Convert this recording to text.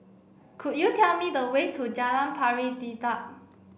could you tell me the way to Jalan Pari Dedap